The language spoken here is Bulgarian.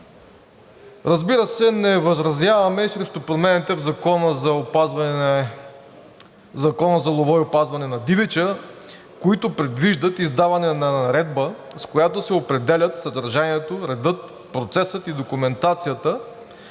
Разбира се, не възразяваме и срещу промените в Закона за лова и опазване на дивеча, които предвиждат издаване на наредба, с която да се определят съдържанието, редът, процесът и документацията,